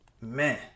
Man